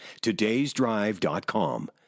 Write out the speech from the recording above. todaysdrive.com